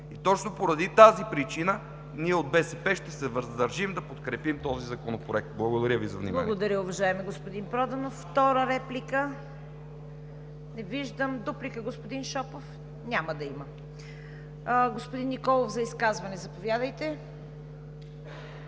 Точно поради тази причина ние от БСП ще се въздържим да подкрепим този законопроект. Благодаря Ви за вниманието.